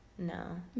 No